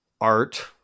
art